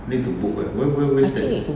I think need to